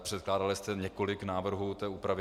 Předkládali jste několik návrhů té úpravy.